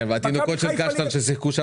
כן, והתינוקות של קשטן ששיחקנו שם?